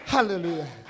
Hallelujah